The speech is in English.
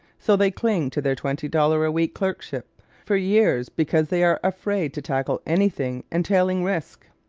so they cling to their twenty-dollar-a-week clerkships for years because they are afraid to tackle anything entailing risk.